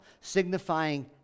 signifying